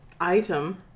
item